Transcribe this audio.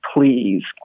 please